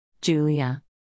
Julia